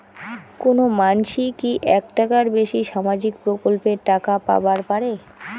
কোনো মানসি কি একটার বেশি সামাজিক প্রকল্পের টাকা পাবার পারে?